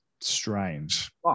strange